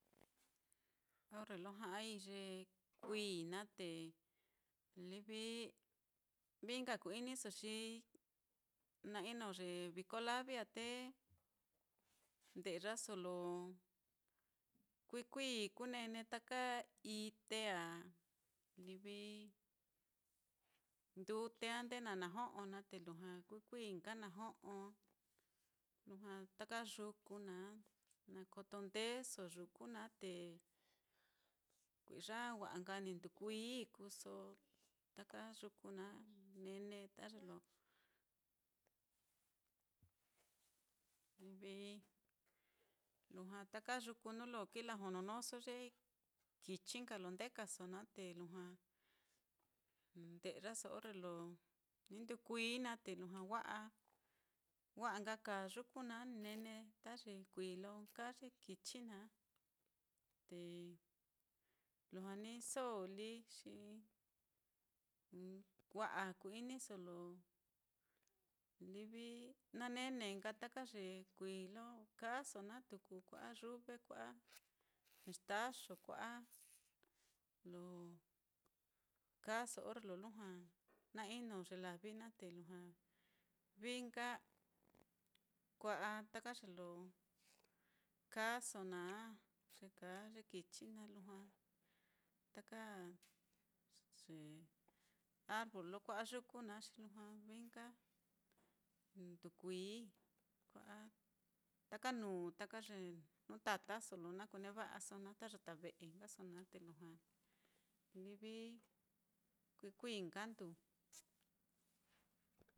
orre lo ja'ai ye kuií naá, te livi vií nka ku-iniso xi na ino ye viko lavi á te nde'yaso lo kuií kuií kunene taka ité á, livi ndute á ndee na najo'o naá, te lujua kuií kuií nka najo'o, lujua taka yuku naá na koto ndeeso yuku naá, te kui'ya wa'a nka ni nduu kuií kuuso taka yuku naá, nene ta ye lo livi lujua taka yuku nuu lo kilajononóso ye kichi nka lo ndekaso naá te lujua nde'yaso orre lo ni nduu kuií naá, te lujua wa'a, wa'a nka kaa yuku naá, ni nene ta ye kuií lo kaa ye kichi naá, te lujua ní so lí xi wa'a ku-iniso lo livi na nene nka taka ye kuií lo kaaso naá tuku, kua'a yuve, kua'a mextaxo kua'a, lo kaaso orre lo lujua na ino ye lavi naá, te lujua vií nka kua'a taka ye lo kaaso naá, ye kaa ye kichi naá lujua taka ye arbol lo kua'a yuku naá, xi lujua vií nka nduu kuiíi, kua'a taka nuu taka ye jnu tataso lo na kuneva'aso naá, ta yata ve'e nkaso naá te lujua livi kuií kuií nka nduu.